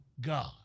God